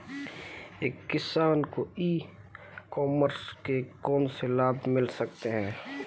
एक किसान को ई कॉमर्स के कौनसे लाभ मिल सकते हैं?